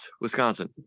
wisconsin